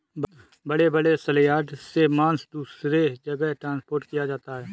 बड़े बड़े सलयार्ड से मांस दूसरे जगह ट्रांसपोर्ट किया जाता है